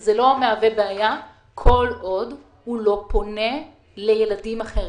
זה לא מהווה בעיה כל עוד הוא לא פונה לילדים אחרים.